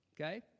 Okay